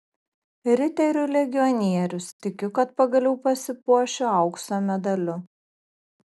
riterių legionierius tikiu kad pagaliau pasipuošiu aukso medaliu